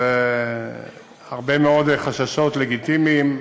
זה הרבה מאוד חששות לגיטימיים,